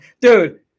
dude